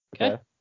Okay